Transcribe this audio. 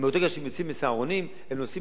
מאותו רגע שהם יוצאים מ"סהרונים" הם נוסעים